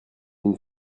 une